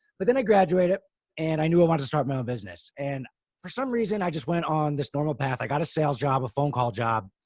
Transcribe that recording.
but then i graduated and i knew i wanted to start my own business. and for some reason i just went on this normal path. i got a sales job, a phone call job,